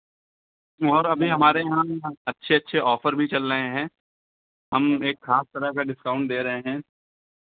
और अभी हमारे यहाँ अच्छे अच्छे ऑफ़र भी चल रहे हैं हम एक खास तरह का डिस्काउंट दे रहे हैं